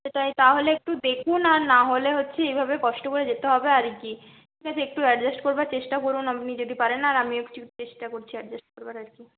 সেটাই তাহলে একটু দেখুন আর না হলে হচ্ছে এইভাবে কষ্ট করে যেতে হবে আর কি ঠিক আছে একটু অ্যাডজাস্ট করবার চেষ্টা করুন আপনি যদি পারেন আর আমিও একটু চেষ্টা করছি অ্যাডজাস্ট করবার আর কি